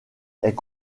est